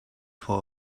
for